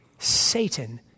Satan